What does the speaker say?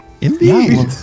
Indeed